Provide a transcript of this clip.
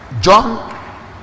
John